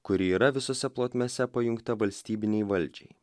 kuri yra visose plotmėse pajungta valstybinei valdžiai